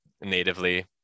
natively